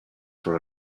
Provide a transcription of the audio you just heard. for